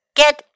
get